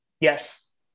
Yes